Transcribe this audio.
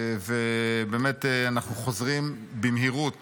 ובאמת אנחנו חוזרים במהירות